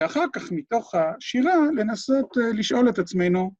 ואחר כך מתוך השירה לנסות לשאול את עצמנו.